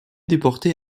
déporté